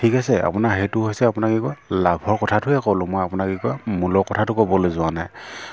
ঠিক আছে আপোনাৰ সেইটো হৈছে আপোনাৰ কি কয় লাভৰ কথাটোৱে ক'লোঁ মই আপোনাৰ কি কয় মূলৰ কথাটো ক'বলৈ যোৱা নাই